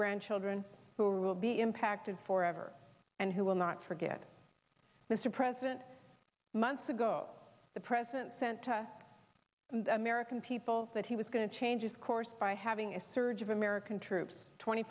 grandchildren who will be impacted forever and who will not forget mr president months ago the president sent to the american people that he was going to change course by having a surge of american troops twenty